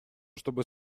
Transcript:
чтобы